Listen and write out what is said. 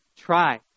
try